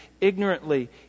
ignorantly